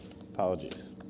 Apologies